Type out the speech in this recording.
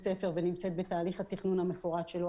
ספר ונמצאת בתהליך התכנון המפורט שלו.